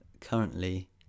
currently